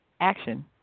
action